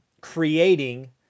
creating